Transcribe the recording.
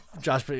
Josh